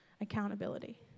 accountability